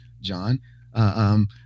John